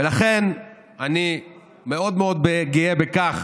ולכן, אני מאוד מאוד גאה בכך